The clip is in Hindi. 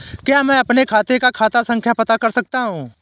क्या मैं अपने खाते का खाता संख्या पता कर सकता हूँ?